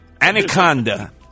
Anaconda